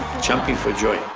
jumping for joy.